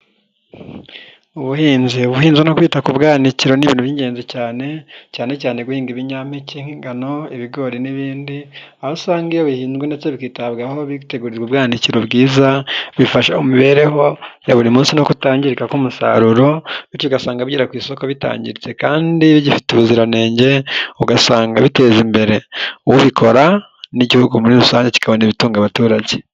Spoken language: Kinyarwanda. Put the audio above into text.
Ubuhinzi ubuhinzi no kwita kubwanikiro n'ibintu by'ingenzi cyane cyane cyane guhinga ibinyampeke nk'ingano, ibigori n'ibindi aho usanga iyo bihinzwe ndetse bikitabwaho bikitegurirwa ubwandikira bwiza, bifashamu mibereho ya buri munsi no kutangirika k'umusaruro bityo ugasanga bigera ku isoko bitangiritse kandi bi gifite ubuziranenge, ugasanga biteza imbere ubikora n'igihugu muri rusange kikabona ibitunga abaturage.